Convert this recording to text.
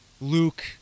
Luke